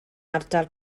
ardal